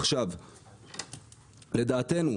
לדעתנו,